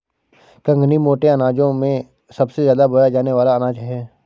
कंगनी मोटे अनाजों में सबसे ज्यादा बोया जाने वाला अनाज है